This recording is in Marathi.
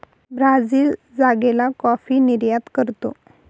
ब्राझील जागेला कॉफी निर्यात करतो